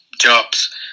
jobs